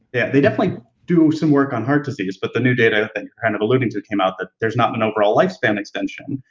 yeah, they definitely do some work on heart disease, but the new data that you kind of alluded to came out that there's not an overall lifespan extension,